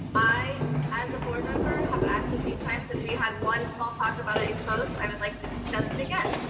i as a board member have asked a few times and we had one small talk about it in closed. i would like to discuss it again,